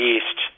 East